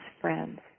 friends